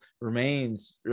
remains